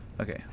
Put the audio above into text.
okay